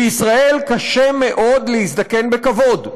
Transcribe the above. בישראל קשה מאוד להזדקן בכבוד.